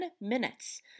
minutes